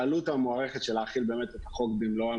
העלות המוערכת של החלת החוק במלואו על